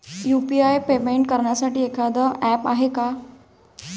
UPI payment करासाठी एखांद app हाय का?